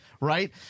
right